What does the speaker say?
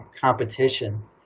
competition